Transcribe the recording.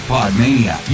Podmania